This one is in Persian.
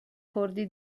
کردی